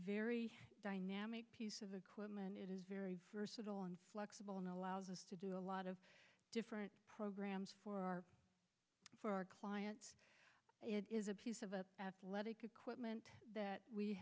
very dynamic piece of equipment it is very versatile and flexible and allows us to do a lot of different programs for our for our clients it is a piece of athletic equipment that we